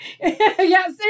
yes